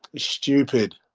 stupid.